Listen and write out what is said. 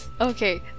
Okay